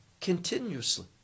continuously